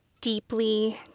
deeply